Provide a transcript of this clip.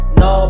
no